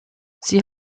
sie